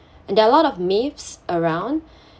and there are a lot of myths around